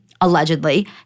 allegedly